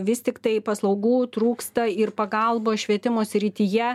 vis tiktai paslaugų trūksta ir pagalbos švietimo srityje